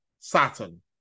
Saturn